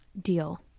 deal